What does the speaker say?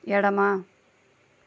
ఎడమ